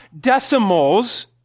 decimals